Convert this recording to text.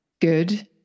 good